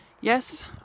yes